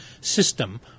system